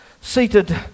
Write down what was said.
seated